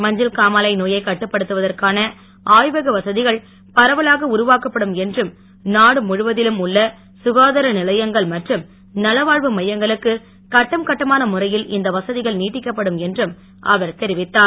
மஞ்சன் காமாலை நோயை கட்டுப்படுத்துவதற்கான ஆய்வக வசதிகள் பரவலாக உருவாக்கப்படும் என்றும் நாடு முழுவதிலும் உள்ள சுகாதார நிலையங்கள் மற்றும் நல வாழ்வு மையங்களுக்கு கட்டம் கட்டமான முறையில் இந்த வசதிகள் நீட்டிக்கப்படும் என்றும் அவர் தெரிவித்தார்